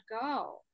go